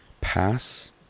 pass